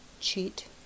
cheat